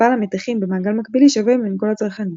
מפל המתחים במעגל מקבילי שווה בין כל הצרכנים.